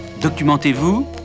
Documentez-vous